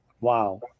Wow